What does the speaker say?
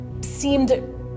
seemed